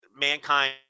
mankind